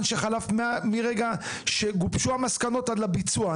שחלף מהרגע שבו גובשו המסקנות ועד לביצוע.